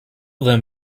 them